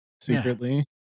secretly